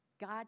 God